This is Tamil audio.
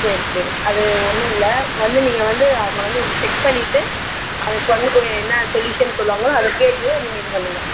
சரி சரி அது ஒன்றும் இல்லை வந்து நீங்கள் வந்து அவங்க வந்து செக் பண்ணிவிட்டு அந்த கண்ணுக்குரிய என்னா சொல்யூஷன் சொல்லுவாங்க அதை கேட்டுவிட்டு நீங்கள் இது பண்ணுங்கள்